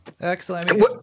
Excellent